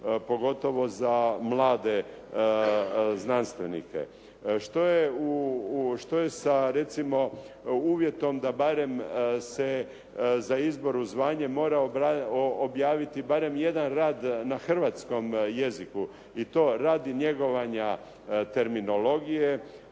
pogotovo za mlade znanstvenike. Što je sa recimo uvjetom da barem se za izbor u zvanje mora objaviti barem jedan rad na hrvatskom jeziku i to radi njegovanja terminologije,